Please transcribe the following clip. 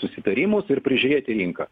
susitarimus ir prižiūrėti rinką